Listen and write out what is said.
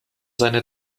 seine